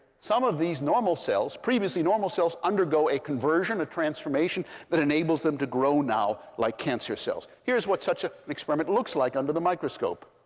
some of these normal cells previously normal cells undergo a conversion, a transformation that enables them to grow now like cancer cells. here's what such an ah experiment looks like under the microscope.